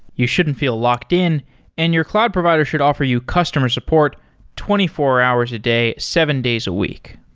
you shouldn't feel locked-in and your cloud provider should offer you customer support twenty four hours a day, seven days a week,